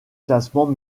classements